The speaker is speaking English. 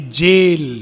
jail